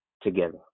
together